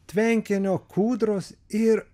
tvenkinio kūdros ir